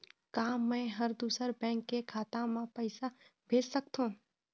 का मैं ह दूसर बैंक के खाता म पैसा भेज सकथों?